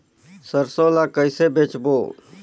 सरसो ला कइसे बेचबो?